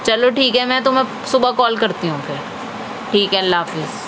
چلو ٹھیک ہے میں تمہیں صبح کال کرتی ہوں اوکے ٹھیک ہے اللہ حافظ